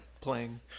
playing